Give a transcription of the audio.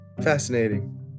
Fascinating